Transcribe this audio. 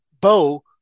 Bo